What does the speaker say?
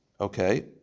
Okay